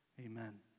Amen